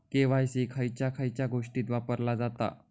KYC खयच्या खयच्या गोष्टीत वापरला जाता?